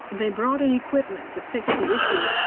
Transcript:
they brought in equipment to fix the issues.